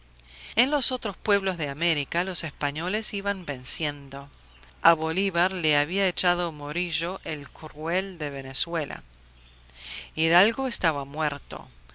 en los otros pueblos de américa los españoles iban venciendo a bolívar lo había echado morillo el cruel de venezuela hidalgo estaba muerto